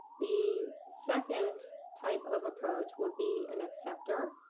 the second type of approach would be an acceptor.